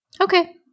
Okay